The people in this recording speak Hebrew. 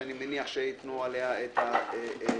שאני מניח שייתנו עליה את הדעת.